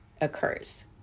occurs